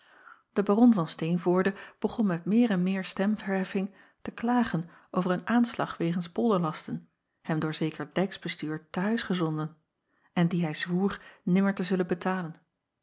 e aron van teenvoorde begon met meer en meer stemverheffing te klagen over een aanslag wegens polderlasten hem door zeker dijksbestuur te huis gezonden en dien hij zwoer nimmer te zullen betalen